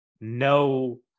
no